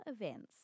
events